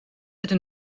ydyn